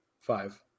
five